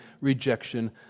rejection